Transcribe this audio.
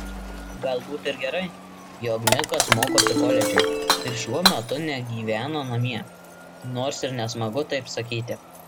galbūt ir gerai jog mikas mokosi koledže ir šuo metu negyvena namie nors ir nesmagu taip sakyti